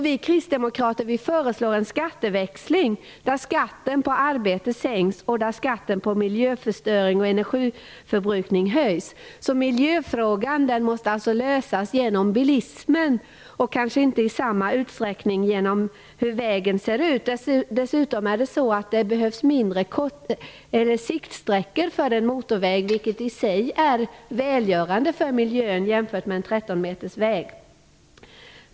Vi kristdemokrater föreslår en skatteväxling där skatten på arbete sänks och där skatten på miljöförstöring och energiförbrukning höjs. Miljöfrågan måste alltså lösas genom bilismen och kanske inte i samma utsträckning genom hur vägen ser ut. Dessutom behövs det kortare siktsträckor för en motorväg om man jämför med en 13-metersväg, vilket i sig är välgörande för miljön.